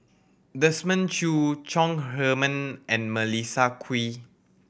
Desmond Choo Chong Heman and Melissa Kwee